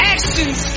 Actions